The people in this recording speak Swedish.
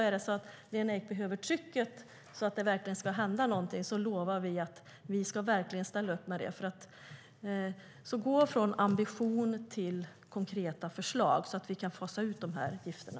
Är det så att Lena Ek behöver ett tryck för att det ska hända någonting lovar vi att verkligen ställa upp. Gå från ambition till konkreta förslag, så att vi kan fasa ut de här gifterna!